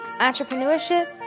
entrepreneurship